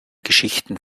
geschichten